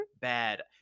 bad